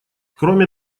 кроме